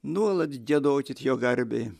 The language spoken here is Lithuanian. nuolat giedokit jo garbei